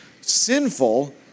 sinful